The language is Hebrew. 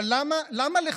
אבל למה,